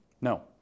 No